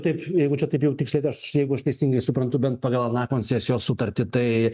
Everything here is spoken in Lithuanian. taip jeigu čia kaip jau tiksliai verst jeigu aš teisingai suprantu bent pagal aną koncesijos sutartį tai